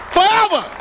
Forever